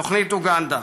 תוכנית אוגנדה,